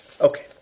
Okay